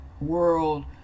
world